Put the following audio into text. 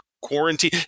quarantine